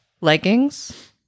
leggings